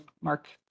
Mark